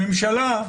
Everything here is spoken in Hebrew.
הממשלה,